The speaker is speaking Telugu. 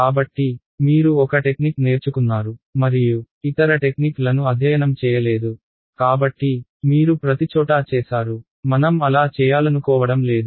కాబట్టి మీరు ఒక టెక్నిక్ నేర్చుకున్నారు మరియు ఇతర టెక్నిక్లను అధ్యయనం చేయలేదు కాబట్టి మీరు ప్రతిచోటా చేసారు మనం అలా చేయాలనుకోవడం లేదు